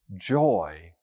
joy